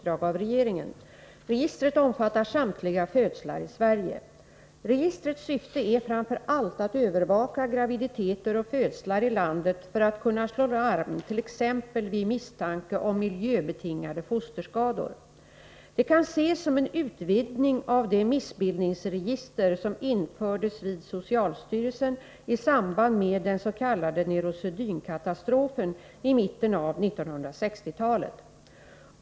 Registrets syfte är framför allt att övervaka graviditeter och födslar i landet för att kunna slå larm t.ex. vid misstanke om miljöbetingade fosterskador. Det kan ses som en utvidgning av det missbildningsregister som infördes vid socialstyrelsen i samband med den s.k. neurosedynkatastrofen i mitten av 1960-talet.